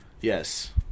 Yes